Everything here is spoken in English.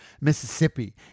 Mississippi